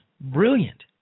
brilliant